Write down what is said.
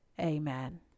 Amen